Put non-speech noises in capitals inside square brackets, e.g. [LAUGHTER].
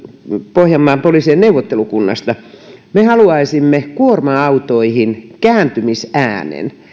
pohjanmaan poliisin neuvottelukunnasta me haluaisimme kuorma autoihin vastaavanlaisen kääntymisäänen [UNINTELLIGIBLE]